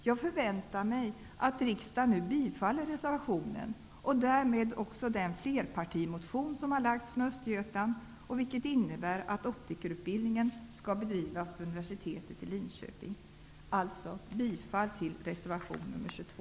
Jag förväntar mig att riksdagen bifaller reservationen och därmed också den flerpartimotion som har väckts från Östergötland, vilket innebär att optikerutbildningen skall bedrivas vid universitetet i Linköping. Jag yrkar alltså bifall till reservation nr 22.